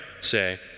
say